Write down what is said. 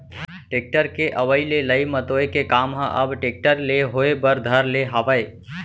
tractor के अवई ले लई मतोय के काम ह अब टेक्टर ले होय बर धर ले हावय